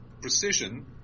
precision